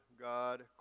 God